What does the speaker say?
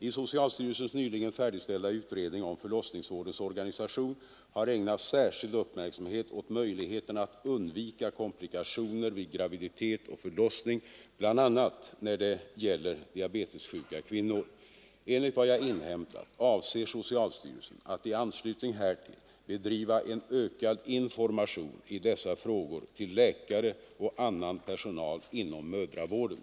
I socialstyrelsens nyligen färdigställda utredning om förlossningsvårdens organisation har ägnats särskild uppmärksamhet åt möjligheterna att undvika komplikationer vid graviditet och förlossning bl.a. när det gäller diabetessjuka kvinnor. Enligt vad jag inhämtat avser socialstyrelsen att i anslutning härtill bedriva en ökad information i dessa frågor till läkare och annan personal inom mödravården.